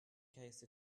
case